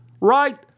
Right